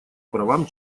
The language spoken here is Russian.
правам